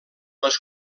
les